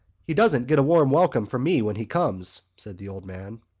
he doesn't get a warm welcome from me when he comes, said the old man.